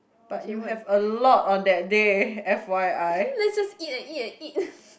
okay what let's just eat and eat and eat